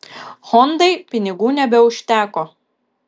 hondai pinigų nebeužteko